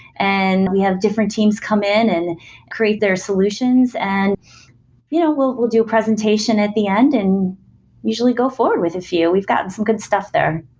and we have different teams come in and create their solutions, and you know we'll we'll do a presentation at the end and usually go forward with a few. we've gotten some good stuff there.